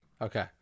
Okay